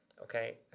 okay